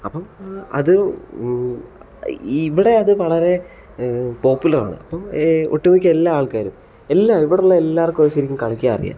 അപ്പം അത് ഇവിടെ അത് വളരെ പോപ്പുലറാണ് അപ്പം ഒട്ടുമിക്ക എല്ലാ ആൾക്കാരും എല്ലാവരും ഇവിടെ ഉള്ള എല്ലാവർക്കും അത് ശരിക്കും കളിക്കാൻ അറിയാം